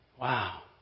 Wow